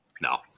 No